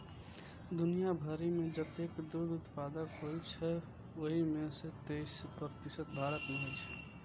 दुनिया भरि मे जतेक दुग्ध उत्पादन होइ छै, ओइ मे सं तेइस प्रतिशत भारत मे होइ छै